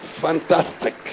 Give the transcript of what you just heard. fantastic